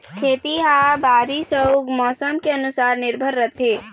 खेती ह बारीस अऊ मौसम के ऊपर निर्भर रथे